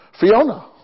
Fiona